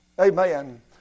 Amen